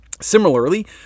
Similarly